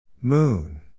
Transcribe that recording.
Moon